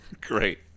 Great